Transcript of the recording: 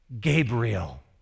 Gabriel